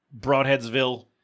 Broadheadsville